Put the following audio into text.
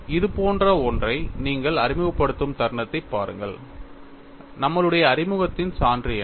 இதுபோன்ற ஒன்றை நீங்கள் அறிமுகப்படுத்தும் தருணத்தைப் பாருங்கள் நம்மளுடைய அறிமுகத்தின் சான்று என்ன